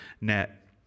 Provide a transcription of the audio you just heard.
net